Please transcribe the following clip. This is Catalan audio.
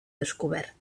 descobert